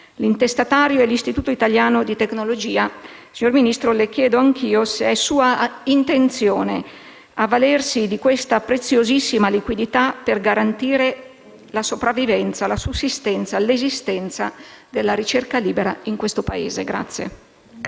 L'intestatario è l'Istituto italiano di tecnologia. Signor Ministro, le chiedo anch'io se è sua intenzione avvalersi di questa preziosissima liquidità per garantire la sopravvivenza, la sussistenza, l'esistenza della ricerca libera in questo Paese.